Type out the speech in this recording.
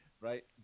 Right